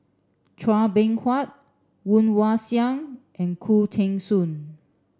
chua Beng Huat Woon Wah Siang and Khoo Teng Soon